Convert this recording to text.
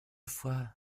fois